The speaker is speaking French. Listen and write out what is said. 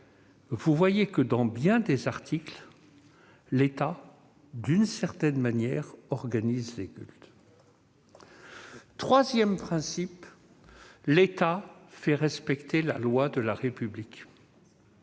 articles de ce projet de loi, l'État, d'une certaine manière, organise les cultes. Troisième principe : l'État fait respecter la loi de la République.